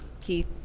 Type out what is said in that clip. Keith